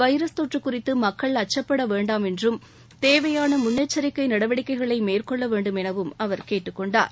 virus தொற்று குறித்து மக்கள் அச்சுப்பட வேண்டாம் என்றும் தேவையான முன்னெச்சரிக்கை நடவடிக்கைகளை மேற்கொள்ள வேண்டும் என அவர் கேட்டுக்கொண்டார்